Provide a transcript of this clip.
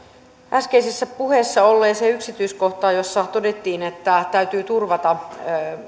äskeisessä puheessa olleeseen yksityiskohtaan jossa todettiin että täytyy turvata